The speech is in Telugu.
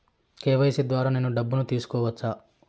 కె.వై.సి ద్వారా నేను డబ్బును తీసుకోవచ్చా?